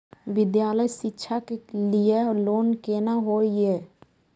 विद्यालय शिक्षा के लिय लोन केना होय ये?